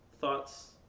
thoughts